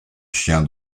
chiens